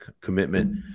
commitment